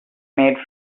made